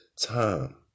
time